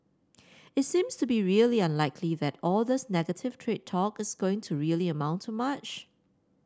it seems to be really unlikely that all this negative trade talk is going to really amount to much